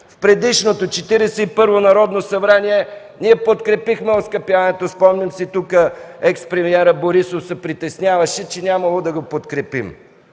и първо Народно събрание ние подкрепихме оскъпяването – спомням си, тук експремиерът Борисов се притесняваше, че нямало да го подкрепим.